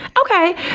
Okay